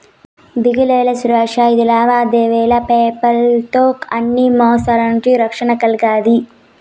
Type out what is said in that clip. దిగులేలా సురేషా, ఇది లావాదేవీలు పేపాల్ తో అన్ని మోసాల నుంచి రక్షణ కల్గతాది